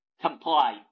comply